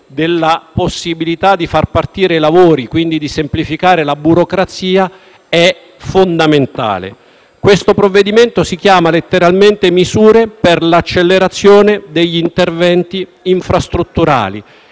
della possibilità di far partire i lavori, quindi di semplificare la burocrazia, è fondamentale. Il provvedimento in esame reca misure per l'accelerazione degli interventi infrastrutturali